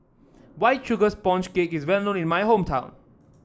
White Sugar Sponge Cake is well known in my hometown